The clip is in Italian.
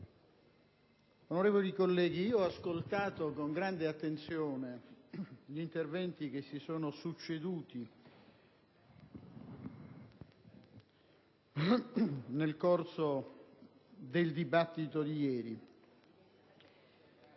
onorevoli colleghi, ho ascoltato con grande attenzione gli interventi che si sono succeduti nel corso del dibattito di ieri,